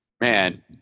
man